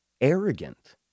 arrogant